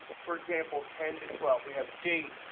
for example, ten to twelve. we have date,